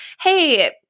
hey